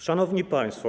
Szanowni Państwo!